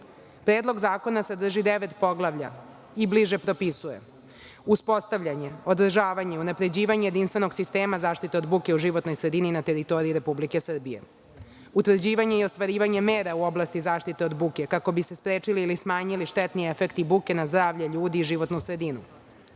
ljudi. Predlog zakona sadrži devet poglavlja i bliže propisuje uspostavljanje, održavanje, unapređivanje jedinstvenog sistema zaštite od buke u životnoj sredini na teritoriji Republike Srbije, utvrđivanje i ostvarivanje mera u oblasti zaštite od buke, kako bi se sprečili ili smanjili štetni efekti buke na zdravlje ljudi i životnu sredinu,